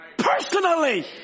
personally